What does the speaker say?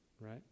Right